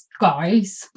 guys